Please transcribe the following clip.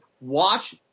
watch